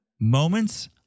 moments